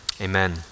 Amen